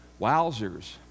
Wowzers